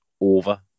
over